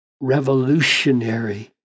revolutionary